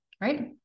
right